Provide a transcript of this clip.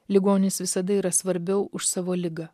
ligonis visada yra svarbiau už savo ligą